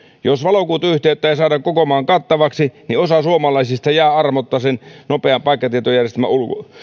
jos valokuituyhteyttä ei saada koko maan kattavaksi niin osa suomalaisista jää armotta sen nopean paikkatietojärjestelmän